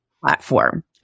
platform